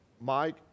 Mike